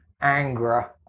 anger